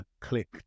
click